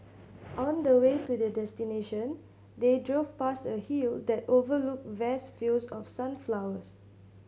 on the way to their destination they drove past a hill that overlooked vast fields of sunflowers